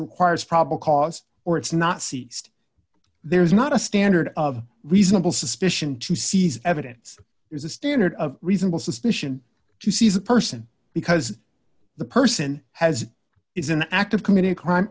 requires probable cause or it's not seized there's not a standard of reasonable suspicion to seize evidence is a standard of reasonable suspicion to seize a person because the person has is an act of committing a crime